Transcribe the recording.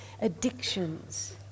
Addictions